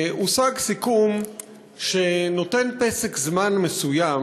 הושג סיכום שנותן פסק זמן מסוים,